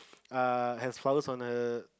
err has flowers on her